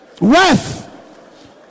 worth